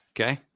Okay